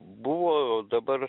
buvo o dabar